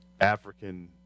african